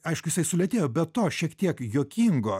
aišku jisai sulėtėjo be to šiek tiek juokingo